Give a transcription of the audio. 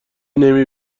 نمی